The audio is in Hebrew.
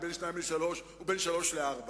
בין שניים לשלושה ובין שלושה לארבעה,